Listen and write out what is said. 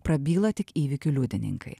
prabyla tik įvykių liudininkai